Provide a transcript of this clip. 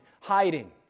hiding